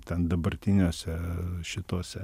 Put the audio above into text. ten dabartiniuose šituose